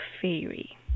Fairy